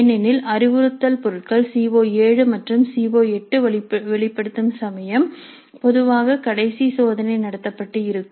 ஏனெனில் அறிவுறுத்தல் பொருட்கள் சி ஓ7 மற்றும் சி ஓ 8 வெளிப்படுத்தும் சமயம் பொதுவாக கடைசி சோதனை நடத்தப்பட்டு இருக்கும்